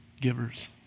givers